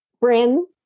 Bryn